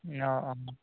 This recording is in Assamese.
অঁ অঁ